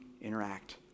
interact